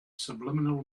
subliminal